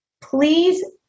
Please